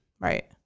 Right